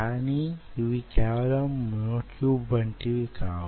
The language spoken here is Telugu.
కానీ ఇవి కేవలం మ్యో ట్యూబ్ వంటివి కావు